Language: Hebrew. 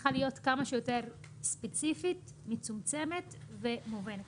צריכה להיות כמה שיותר ספציפית, מצומצמת ומובנת.